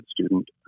student